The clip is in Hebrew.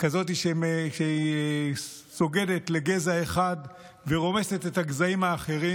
כזאת שסוגדת לגזע אחד ורומסת את הגזעים האחרים.